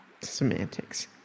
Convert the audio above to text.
Semantics